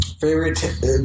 favorite